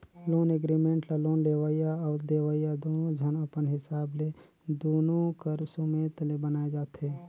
loan agreement ल loan लेवइया अउ देवइया दुनो झन अपन हिसाब ले दुनो कर सुमेत ले बनाए जाथें